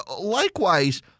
likewise